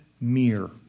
mirror